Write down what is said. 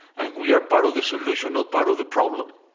and we are part of the solution, not part of the problem